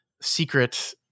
secret